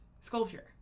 sculpture